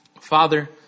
Father